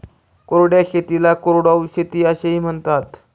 कोरड्या शेतीला कोरडवाहू शेती असेही म्हणतात